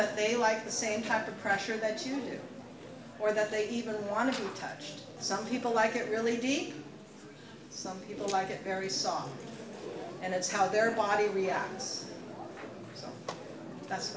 that they like the same type of pressure that you or that they even want to touch some people like it really deep some people like it very soft and that's how their body reacts so that's